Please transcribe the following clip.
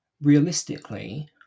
realistically